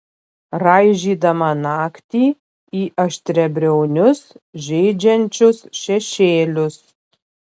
raižydama naktį į aštriabriaunius žeidžiančius šešėlius